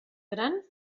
gran